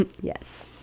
Yes